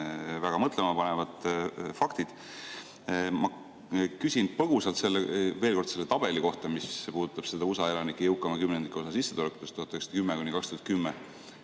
väga mõtlemapanevad faktid. Ma küsin põgusalt veel kord selle tabeli kohta, mis puudutab USA elanike jõukaima kümnendiku osa sissetulekuid 1910–2010.